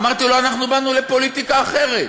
אמרתי לו: אנחנו באנו לפוליטיקה אחרת.